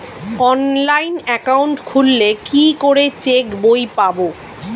Online account খুললে কি করে চেক বই পাব?